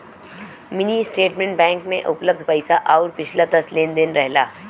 mini statement bank में उपलब्ध पैसा आउर पिछला दस लेन देन रहेला